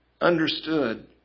understood